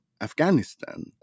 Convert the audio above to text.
Afghanistan